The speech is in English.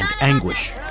anguish